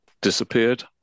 disappeared